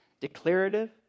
declarative